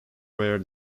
wear